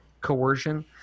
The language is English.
coercion